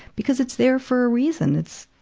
because it's there for a reason. it's,